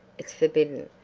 it's forbidden,